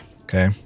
Okay